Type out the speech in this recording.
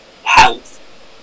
health